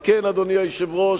על כן, אדוני היושב-ראש,